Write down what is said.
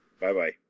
Bye-bye